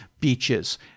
beaches